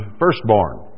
firstborn